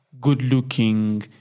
good-looking